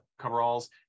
coveralls